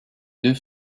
deux